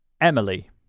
Emily